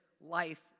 life